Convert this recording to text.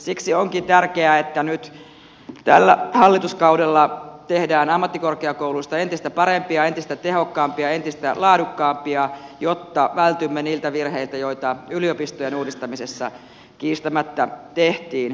siksi onkin tärkeää että nyt tällä hallituskaudella tehdään ammattikorkeakouluista entistä parempia entistä tehokkaampia entistä laadukkaampia jotta vältymme niiltä virheiltä joita yliopistojen uudistamisessa kiistämättä tehtiin